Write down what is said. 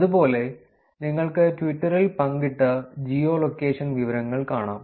അതുപോലെ നിങ്ങൾക്ക് ട്വിറ്ററിൽ പങ്കിട്ട ജിയോ ലൊക്കേഷൻ വിവരങ്ങൾ കാണാം